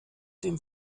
dem